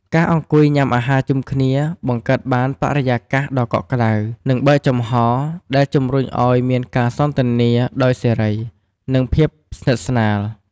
ការអង្គុយញ៉ាំអាហារជុំគ្នា បង្កើតបានបរិយាកាសដ៏កក់ក្ដៅ និងបើកចំហរ ដែលជំរុញឲ្យមានការសន្ទនាដោយសេរី និងភាពស្និទ្ធស្នាល។